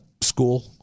school